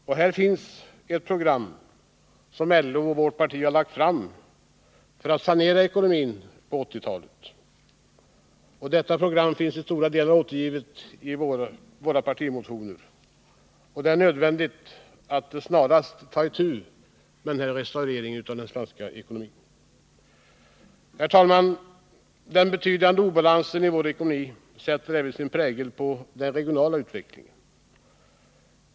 Det finns ett program som LO och vårt parti har lagt fram för att sanera ekonomin på 1980-talet. Detta program finns till stora delar återgivet i våra partimotioner. Det är nödvändigt att snarast ta itu med restaureringen av den svenska ekonomin. Herr talman! Den betydande obalansen i vår ekonomi sätter sin prägel även på den regionala utvecklingen.